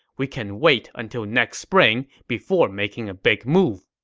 we can wait until next spring before making a big move.